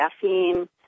caffeine